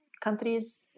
countries